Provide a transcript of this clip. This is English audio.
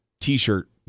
T-shirt